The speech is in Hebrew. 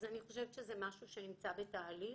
אני חושבת שזה משהו שנמצא בתהליך,